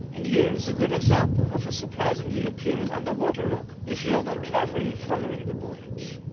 and here is a good example of a surprisingly appearing underwater rock, if you ah carefully following the buoyage.